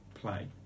play